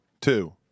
Two